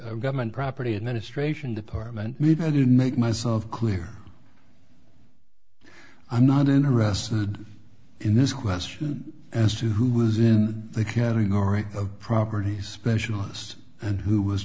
government property administration department needed to make myself clear i'm not interested in this question as to who was in the category of properties specialist and who was